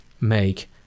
make